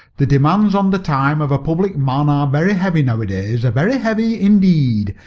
the demands on the time of a public man are very heavy nowadays, very heavy indeed.